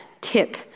tip